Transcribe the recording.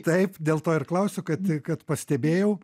taip dėl to ir klausiu kad kad pastebėjau